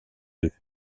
leu